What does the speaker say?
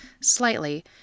slightly